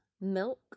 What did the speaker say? milk